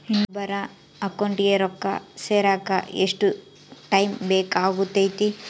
ಇನ್ನೊಬ್ಬರ ಅಕೌಂಟಿಗೆ ರೊಕ್ಕ ಸೇರಕ ಎಷ್ಟು ಟೈಮ್ ಬೇಕಾಗುತೈತಿ?